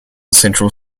central